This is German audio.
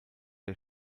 der